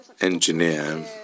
engineer